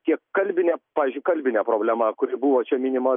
kiek kalbinė pavyzdžiui kalbinė problema kuri buvo čia minima